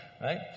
right